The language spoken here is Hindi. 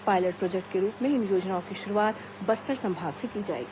पायलट प्रोजेक्ट के रूप में इन योजनाओं की शुरूआत बस्तर संभाग से की जाएगी